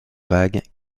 vague